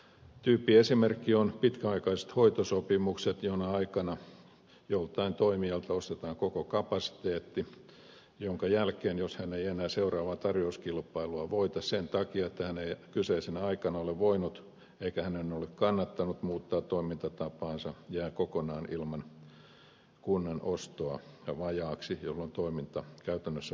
tyyppiesimerkki on pitkäaikaiset hoitosopimukset jona aikana joltain toimijalta ostetaan koko kapasiteetti jonka jälkeen jos hän ei enää seuraavaa tarjouskilpailua voita sen takia että hän ei kyseisenä aikana ole voinut eikä hänen ole kannattanut muuttaa toimintatapaansa jää kokonaan ilman kunnan ostoa vajaaksi jolloin toiminta käytännössä vaarantuu